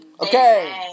Okay